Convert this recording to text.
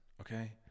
okay